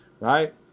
Right